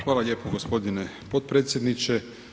Hvala lijepo gospodine potpredsjedniče.